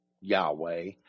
Yahweh